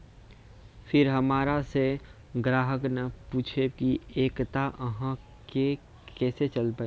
फिर हमारा से ग्राहक ने पुछेब की एकता अहाँ के केसे चलबै?